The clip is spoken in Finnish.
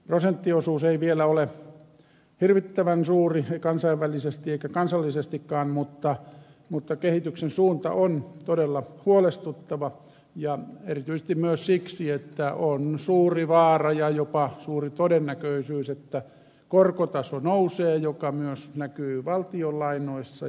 prosenttiosuus ei vielä ole hirvittävän suuri ei kansainvälisesti eikä kansallisestikaan mutta kehityksen suunta on todella huolestuttava ja erityisesti myös siksi että on suuri vaara ja jopa suuri todennäköisyys että korkotaso nousee mikä näkyy myös valtion lainoissa